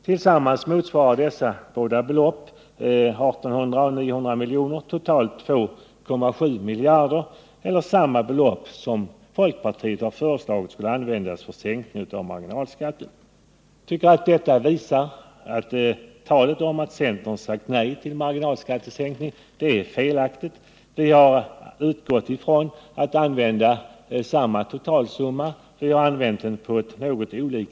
Tillsammans motsvarar dessa båda belopp, 1800 milj.kr. och 900 milj.kr., totalt 2,7 miljarder, eller samma belopp som folkpartiet har föreslagit skulle användas för sänkning av marginalskatten. Jag tycker detta visar att talet om att centern sagt nej till marginalskattesänkning är felaktigt. Vi har utgått från att samma totalsumma skall användas, men vi har använt den på ett annat sätt.